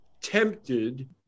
tempted